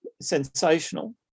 sensational